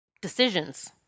decisions